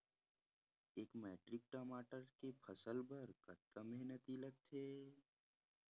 एक मैट्रिक टमाटर के फसल बर कतका मेहनती लगथे?